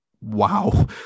wow